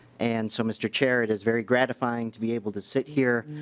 and so mr. chair it is very gratifying to be able to sit here